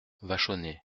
vachonnet